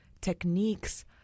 techniques